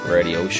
Radio